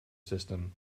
system